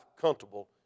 comfortable